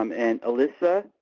um and alyssa